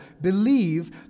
believe